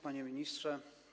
Panie Ministrze!